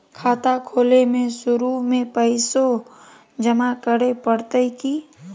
खाता खोले में शुरू में पैसो जमा करे पड़तई की?